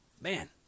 Man